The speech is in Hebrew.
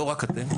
לא רק אתם.